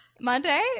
Monday